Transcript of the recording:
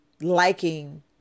liking